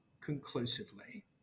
conclusively